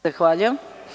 Zahvaljujem.